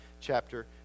chapter